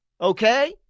Okay